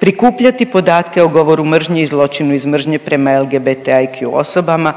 prikupljati podatke o govoru mržnje i zločinu iz mržnje prema LGBT(IQ) osoba,